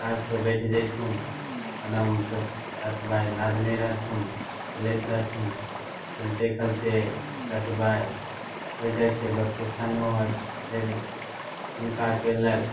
तासपर बैठ जेथुन आरामसँ तासबाइह लादने रहथुन खेलैत रहथुन खेलते खेलते तासबाइह होइ जाइ छै बकतूतनो आओर फेर हुनका कयलक